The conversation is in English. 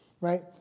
Right